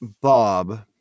Bob